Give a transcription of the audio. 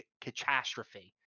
catastrophe